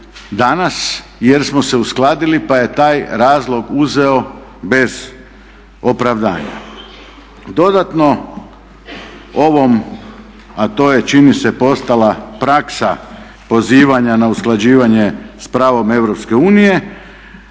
danas jer smo se uskladili pa je taj razlog uzeo bez opravdanja. Dodatno ovom, a to je čini se postala praksa pozivanja na usklađivanje s pravom